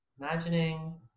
Imagining